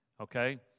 Okay